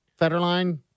Federline